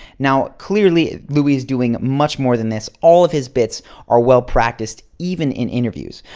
now, clearly, louis is doing much more than this all of his bits are well-practiced even in interviews.